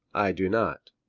i do not.